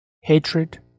hatred